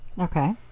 Okay